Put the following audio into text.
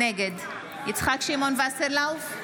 נגד יצחק שמעון וסרלאוף,